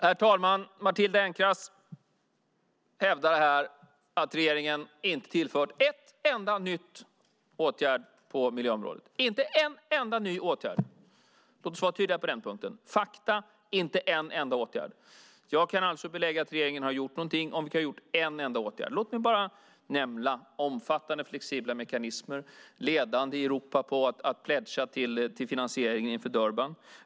Herr talman! Matilda Ernkrans hävdar här att regeringen inte tillfört en enda ny åtgärd på miljöområdet. Inte en enda ny åtgärd! Låt oss då vara tydliga på den punkten och tala om fakta. Jag kan belägga att regeringen har gjort någonting. Låt mig bara nämna omfattande flexibla mekanismer och att vi är ledande i Europa när det gäller pledges för finansieringen inför Durban.